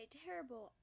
terrible